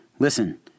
Listen